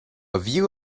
view